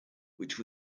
which